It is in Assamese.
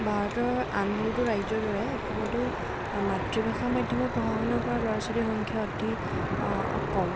ভাৰতৰ আন বহুতো ৰাজ্যৰ দৰে অসমতো মাতৃভাষা মাধ্যমত পঢ়া শুনা কৰা ল'ৰা ছোৱালীৰ সংখ্যা অতি কম